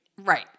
Right